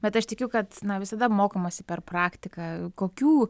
bet aš tikiu kad visada mokomasi per praktiką kokių